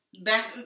Back